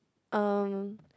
erm